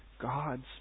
God's